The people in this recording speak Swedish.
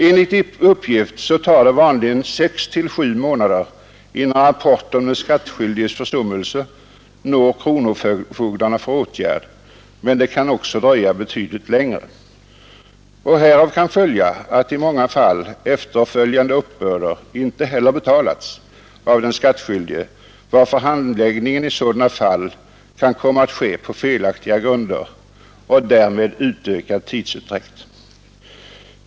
Enligt uppgift tar det vanligen sex till sju månader innan rapport om den skattskyldiges försummelse når kronofogdarna för åtgärd, men det kan också dröja betydligt längre. Härav kan följa att i många fall efterkommande uppbörder inte heller betalats av den skattskyldige, varför handläggningen i sådana fall kan komma att ske på felaktiga grunder och därmed medföra utökad tidsutdräkt.